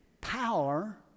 power